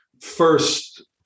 first